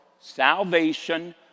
salvation